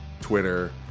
Twitter